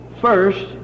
first